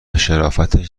شرافتش